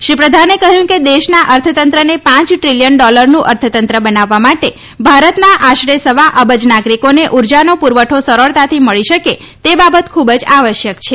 શ્રી પ્રધાને કહ્યું કે દેશના અર્થતંત્રને પાંય દ્રીલીયન ડોલરનું અર્થતંત્ર બનાવવા માટે ભારતના આશરે સવા અબજ નાગરીકોને ઉર્જાનો પુરવઠો સરળતાથી મળી શકે તે બાબત ખુબ જ આવશ્યક છે